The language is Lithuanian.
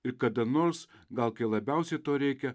ir kada nors gal kai labiausiai to reikia